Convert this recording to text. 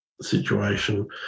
situation